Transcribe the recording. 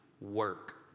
work